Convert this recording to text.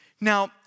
Now